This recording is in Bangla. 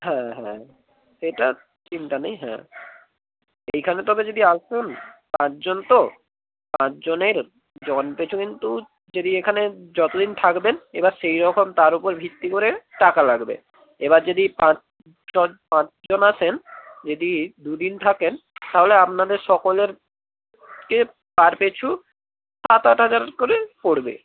হ্যাঁ হ্যাঁ সেটার চিন্তা নেই হ্যাঁ এইখানে তবে যদি আসুন পাঁচজন তো পাঁচজনের জন পিছু কিন্তু যদি এখানে যত দিন থাকবেন এবার সেইরকম তার ওপর ভিত্তি করে টাকা লাগবে এবার যদি পাঁচ ছ পাঁচজন আসেন যদি দুদিন থাকেন তাহলে আপনাদের সকলেরকে পার পিছু সাত আট হাজার করে পড়বে